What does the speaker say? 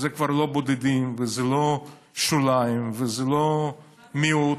זה כבר לא בודדים וזה לא שוליים וזה לא מיעוט.